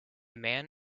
man